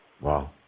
Wow